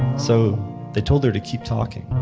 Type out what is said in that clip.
so they told her to keep talking.